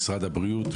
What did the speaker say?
משרד הבריאות,